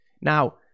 Now